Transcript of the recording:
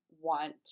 want